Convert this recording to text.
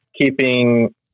keeping